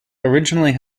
originally